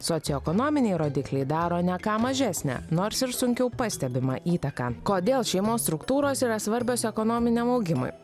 socioekonominiai rodikliai daro ne ką mažesnę nors ir sunkiau pastebimą įtaką kodėl šeimos struktūros yra svarbios ekonominiam augimui